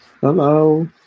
Hello